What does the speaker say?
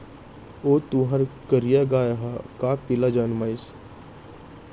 ओ तुंहर करिया गाय ह का पिला जनमिस?